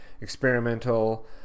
experimental